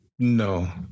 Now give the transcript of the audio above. No